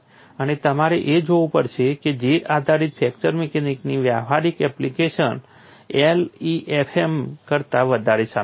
અને તમારે એ જોવું પડશે કે J આધારિત ફ્રેક્ચર મિકેનિક્સની વ્યવહારિક એપ્લિકેશન LEFM કરતા વધારે સામેલ છે